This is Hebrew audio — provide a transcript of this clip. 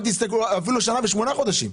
אפילו שנה ושמונה חודשים.